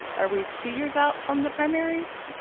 are we two years out from the primaries?